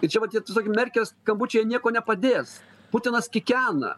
ir čia va tie tiesiog merkel skambučiai nieko nepadės putinas kikena